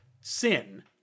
sin